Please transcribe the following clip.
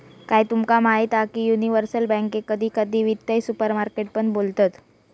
काय तुमका माहीत हा की युनिवर्सल बॅन्केक कधी कधी वित्तीय सुपरमार्केट पण बोलतत